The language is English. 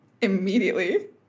immediately